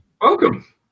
Welcome